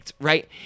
right